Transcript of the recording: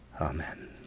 amen